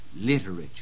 literature